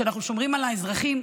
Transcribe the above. כשאנחנו שומרים על האזרחים,